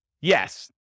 Yes